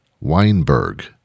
Weinberg